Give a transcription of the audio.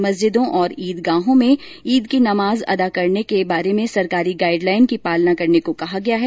मस्जिदों और ईदगाहों में ईद की नमाज अदा करने के बारे में सरकारी गाइडलाईन की पालना करने को कहा गया है